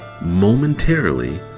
momentarily